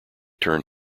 turned